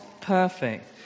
perfect